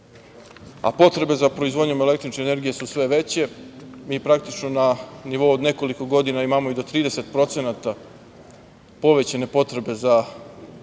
energiju? Potrebe za proizvodnjom električne energije su sve veće. Mi praktično na nivou od nekoliko godina imamo i do 30% povećane potrebe za električnom energijom